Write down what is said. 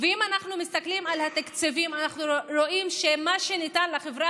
ואם אנחנו מסתכלים על התקציבים אנחנו רואים שמה שניתן לחברה